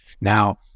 Now